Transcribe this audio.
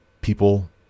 people